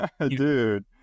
Dude